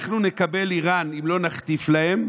אנחנו נקבל איראן אם לא נחטיף להם.